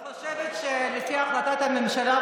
אני חושבת שלפי החלטת הממשלה,